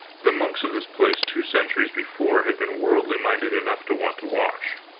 the monks of this place two centuries before had been worldly minded enough to want to wash.